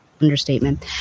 understatement